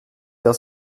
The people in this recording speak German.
der